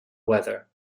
weather